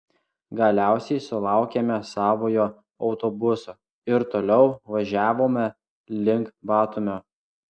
galiausiai sulaukėme savojo autobuso ir toliau važiavome link batumio